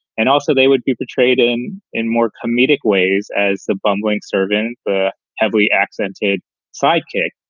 and also, they would be portrayed in in more comedic ways as the bumbling servant, the heavily accented sidekick.